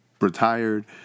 retired